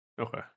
Okay